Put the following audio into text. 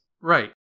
Right